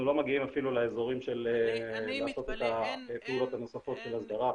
לא מגיעים אפילו לאזורים של לעשות את הפעולות הנוספות של הסדרה,